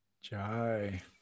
Jai